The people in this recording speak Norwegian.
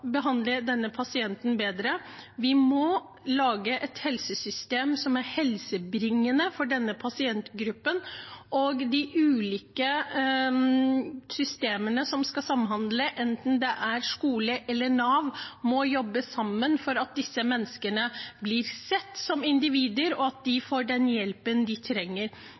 lage et helsesystem som er helsebringende for dem. De ulike systemene som skal samhandle – enten det er skole eller Nav – må jobbe sammen for at disse menneskene skal bli sett som individer, og for at de skal få den hjelpen de trenger.